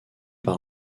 par